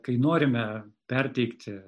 kai norime perteikti